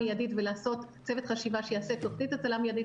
לעשות צוות חשיבה שיעשה תוכנית הצלה מיידית